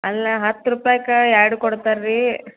ಅಲ್ಲ ಹತ್ತು ರೂಪಾಯ್ಗೆ ಎರಡು ಕೊಡ್ತಾರೆ ರೀ